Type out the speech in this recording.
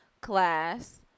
class